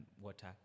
Water